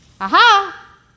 aha